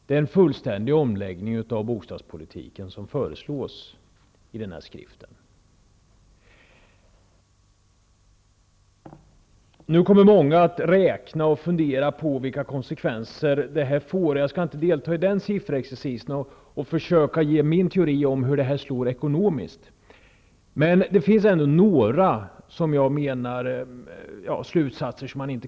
Det är en fullständig omläggning av bostadspolitiken som föreslås i den här skriften. Många kommer att räkna på detta och fundera över konsekvenserna. Jag skall inte ägna mig åt någon sådan sifferexercis eller försöka förmedla min teori om hur detta slår ekonomiskt. Men några slutsatser måste tas upp.